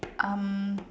um